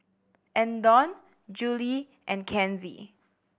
Andon Juli and Kenzie